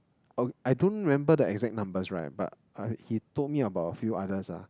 uh I don't remember the exact numbers right but uh he told me about a few others lah